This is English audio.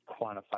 quantify